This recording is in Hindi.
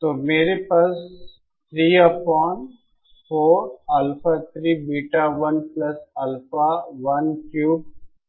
तो मेरे पास 3 अपऑन 4 अल्फा3बीटा1 अल्फा1क्यूब बीटा3 अपऑन अल्फा बीटा1 है